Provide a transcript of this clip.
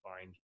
find